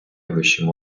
вищим